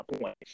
point